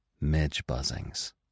Midge-buzzings